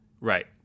Right